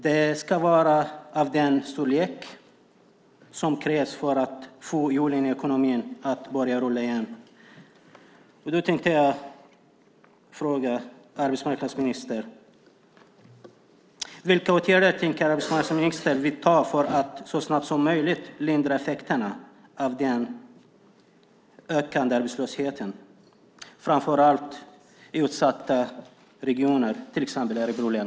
Det ska vara av den storlek som krävs för att få hjulen i ekonomin att återigen börja rulla. Jag vill fråga arbetsmarknadsministern: Vilka åtgärder tänker arbetsmarknadsministern vidta för att så snabbt som möjligt lindra effekterna av den ökande arbetslösheten i framför allt utsatta regioner som till exempel Örebro län?